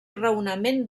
raonament